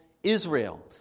Israel